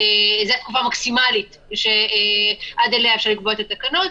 התקופה המקסימלית שעד אליה אפשר לקבוע את התקנו.